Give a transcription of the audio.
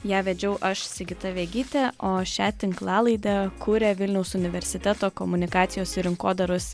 ją vedžiau aš sigita vegytė o šią tinklalaidę kuria vilniaus universiteto komunikacijos ir rinkodaros